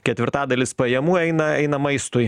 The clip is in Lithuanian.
ketvirtadalis pajamų eina eina maistui